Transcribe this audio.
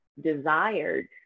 desired